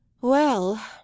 Well